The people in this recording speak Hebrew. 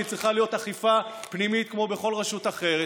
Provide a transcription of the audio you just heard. כי צריכה להיות אכיפה פנימית כמו בכל רשות אחרת,